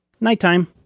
nighttime